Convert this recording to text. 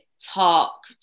talk